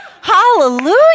Hallelujah